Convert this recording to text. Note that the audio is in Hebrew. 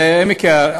איפה?